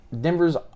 Denver's